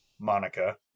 monica